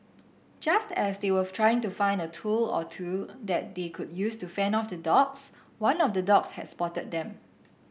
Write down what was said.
just as they were trying to find a tool or two that they could use to fend off the dogs one of the dogs has spotted them